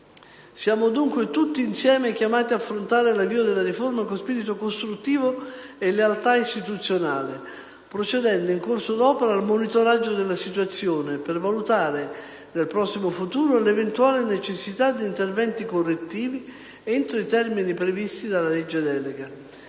Siamo, dunque, tutti insieme chiamati ad affrontare l'avvio della riforma con spirito costruttivo e lealtà istituzionale, procedendo in corso d'opera al monitoraggio della situazione, per valutare nel prossimo futuro l'eventuale necessità di interventi correttivi entro i termini previsti dalla legge delega.